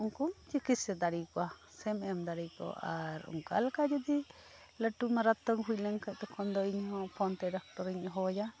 ᱩᱱᱠᱩᱢ ᱪᱤᱠᱤᱥᱟ ᱫᱟᱲᱮ ᱟᱠᱚᱣᱟ ᱥᱮ ᱮᱢ ᱫᱟᱲᱮᱭᱟᱠᱚᱣᱟ ᱟᱨ ᱚᱱᱠᱟ ᱞᱮᱠᱟ ᱡᱩᱫᱤ ᱞᱟᱹᱴᱩ ᱢᱟᱨᱟᱛᱛᱚᱠ ᱦᱩᱭ ᱞᱮᱱ ᱠᱷᱟᱱ ᱛᱚᱠᱷᱚᱱ ᱫᱚ ᱤᱧ ᱦᱚᱸ ᱯᱷᱳᱱ ᱛᱮ ᱰᱟᱠᱴᱚᱨ ᱤᱧ ᱦᱚᱦᱚ ᱟᱭᱟ